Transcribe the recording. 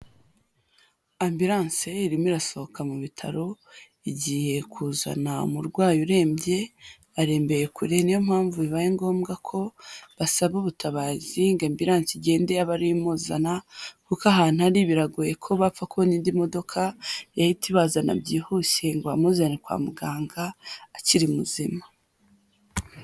Ambiranse irimo irasohoka mu bitaro, igiye kuzana umurwayi urembye arembeye kure, niyo mpamvu bibaye ngombwa ko basaba ubutabazi ngo ambiranse igende abe ariyo imuzana kuko ahantu hari biragoye ko bapfa kubona indi modoka yahita ibazana byihuse ngo amuzane kwa muganga akiri muzima.